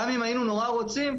גם א ם היינו נורא רוצים,